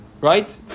right